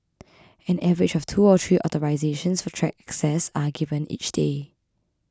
an average of two or three authorisations for track access are given each day